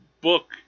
book